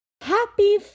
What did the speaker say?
Happy